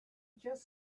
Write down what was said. just